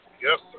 Yes